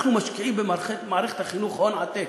אנחנו משקיעים במערכת החינוך הון עתק.